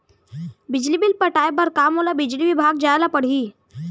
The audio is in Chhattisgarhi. बिजली बिल पटाय बर का मोला बिजली विभाग जाय ल परही?